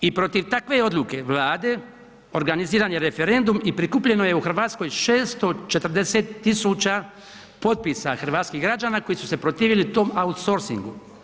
I protiv takve odluke Vlade organiziran je referendum i prikupljeno je Hrvatskoj 640 000 potpisa hrvatskih građana koji su se protivili tom outsourceingu.